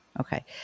Okay